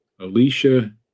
alicia